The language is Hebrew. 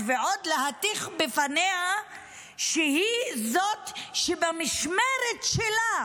ועוד להטיח בפניה שהיא זאת שבמשמרת שלה